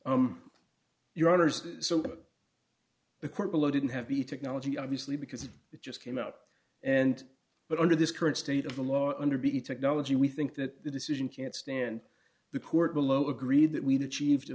honour's so the court below didn't have b technology obviously because it just came out and but under this current state of the law under b technology we think that the decision can't stand the court below agreed that we'd achieved a